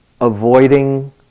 Avoiding